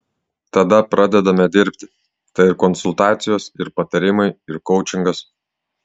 tada pradedame dirbti tai ir konsultacijos ir patarimai ir koučingas